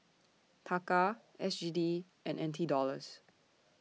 Taka S G D and N T Dollars